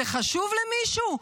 זה חשוב למישהו?